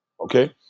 Okay